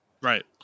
Right